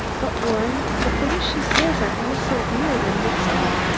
but, warren, the things she says are all so weird and mixed up.